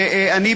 ואני,